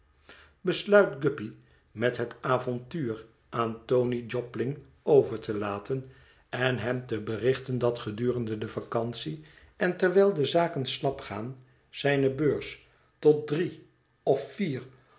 besluit guppy met het avontuur aan tony jobling over te laten en hem te berichten dat gedurende de vacantie en terwijl de zaken slap gaan zijne beurs tot drie of vier